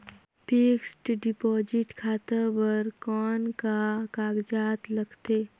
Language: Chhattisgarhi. फिक्स्ड डिपॉजिट खाता बर कौन का कागजात लगथे?